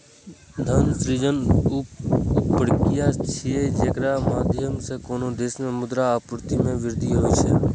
धन सृजन ऊ प्रक्रिया छियै, जेकरा माध्यम सं कोनो देश मे मुद्रा आपूर्ति मे वृद्धि होइ छै